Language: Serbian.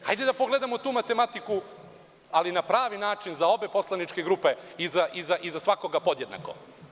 Hajde da pogledamo tu matematiku ali na pravi način za obe poslaničke grupe i za svakoga podjednako.